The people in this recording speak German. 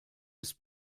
ist